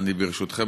ברשותכם,